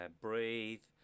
breathe